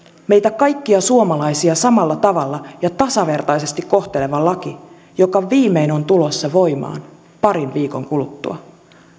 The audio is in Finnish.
meitä kaikkia suomalaisia samalla tavalla ja tasavertaisesti kohteleva laki joka viimein on tulossa voimaan parin viikon kuluttua